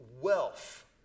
wealth